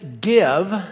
give